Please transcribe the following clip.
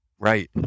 Right